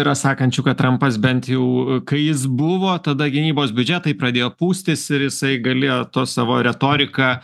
yra sakančių kad trampas bent jau kai jis buvo tada gynybos biudžetai pradėjo pūstis ir jisai galėjo to savo retorika